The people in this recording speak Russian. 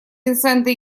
винсента